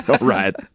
right